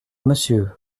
monsieur